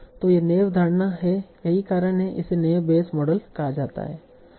तो यह नैव धारणा है यही कारण है कि इसे नैव बेयस मॉडल कहा जाता है